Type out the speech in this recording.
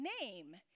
name